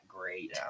great